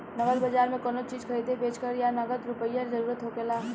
नगद बाजार में कोनो चीज खरीदे बेच करे ला नगद रुपईए के जरूरत होखेला